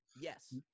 Yes